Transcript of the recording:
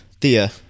Thea